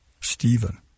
Stephen